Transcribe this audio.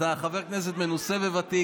אתה חבר כנסת מנוסה וותיק.